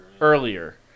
earlier